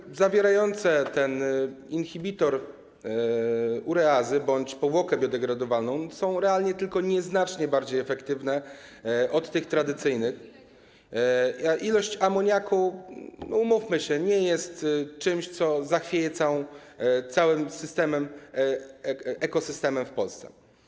Nawozy zawierające inhibitor ureazy bądź powłokę biodegradowalną są realnie tylko nieznacznie bardziej efektywne od tych tradycyjnych, a ilość amoniaku, umówmy się, nie jest czymś, co zachwieje całym ekosystemem w Polsce.